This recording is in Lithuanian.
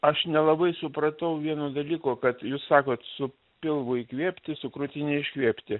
aš nelabai supratau vieno dalyko kad jūs sakot pilvu įkvėpti su krutine iškvėpti